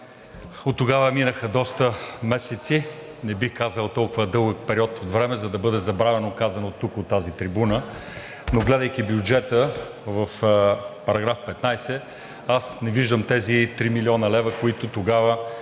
Оттогава минаха доста месеци, не бих казал толкова дълъг период от време, за да бъде забравено казаното тук, от тази трибуна, но гледайки бюджета в § 15, аз не виждам тези 3 млн. лв., които тогава,